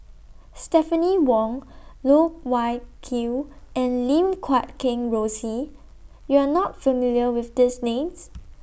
Stephanie Wong Loh Wai Kiew and Lim Guat Kheng Rosie YOU Are not familiar with These Names